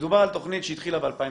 מדובר בתכנית שהתחילה ב-2016.